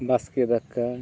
ᱵᱟᱥᱠᱮ ᱫᱟᱠᱟ